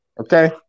Okay